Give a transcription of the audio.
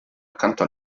accanto